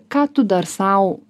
ką tu dar sau